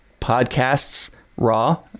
podcastsraw